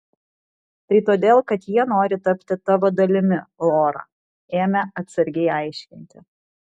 tai todėl kad jie nori tapti tavo dalimi lora ėmė atsargiai aiškinti